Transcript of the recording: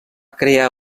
crear